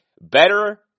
Better